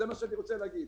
זה מה שאני רוצה להגיד.